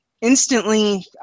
instantly –